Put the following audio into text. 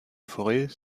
forêt